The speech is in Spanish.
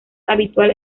habitual